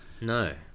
No